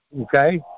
Okay